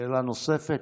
שאלה נוספת.